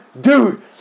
Dude